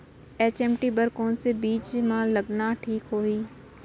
HMT बर कौन से बीज मा लगाना ठीक होही?